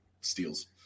steals